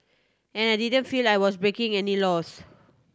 and I didn't feel I was breaking any laws